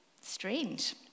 strange